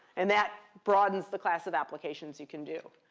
and that broadens the class of applications you can do.